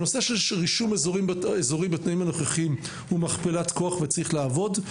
הנושא של רישום אזורי בתנאים הנוכחיים הוא מכפלת כוח וצריך לעבוד בו.